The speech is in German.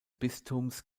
bistums